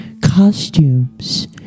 Costumes